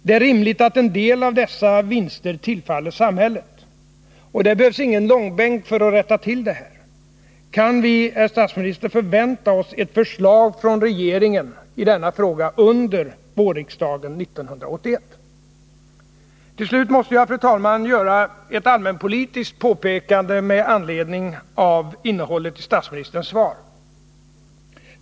Det är rimligt att en del av dessa vinster tillfaller samhället. Det behövs ingen långbänk för att rätta till det här. Kan vi, herr statsminister, förvänta oss ett förslag från regeringen i denna fråga under vårriksdagen 1981? Till sist måste jag, fru talman, göra ett allmänpolitiskt påpekande med anledning av innehållet i statsministerns svar.